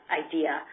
idea